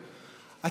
אתה